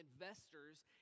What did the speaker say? investors